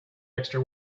extra